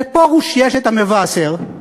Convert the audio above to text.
לפרוש יש "המבשר",